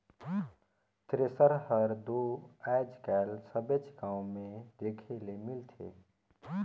thresher हर दो आएज काएल सबेच गाँव मे देखे ले मिलथे